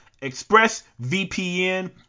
ExpressVPN